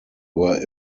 were